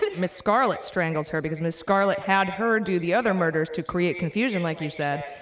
but miss scarlet strangles her because miss scarlet had her do the other murders to create confusion, like you said,